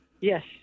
Yes